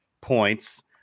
points